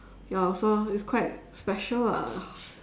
ya so it's quite special lah